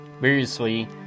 Variously